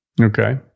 Okay